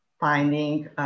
finding